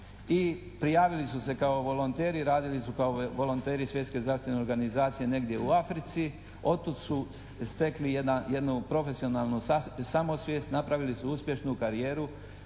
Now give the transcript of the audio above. i prijavili su se kao volonteri, radili su kao volonteri Svjetske zdravstvene organizacije negdje u Africi. Otud su stekli jednu profesionalnu samosvijest, napravili su uspješnu karijeru.